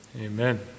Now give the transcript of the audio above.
Amen